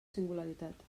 singularitat